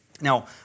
Now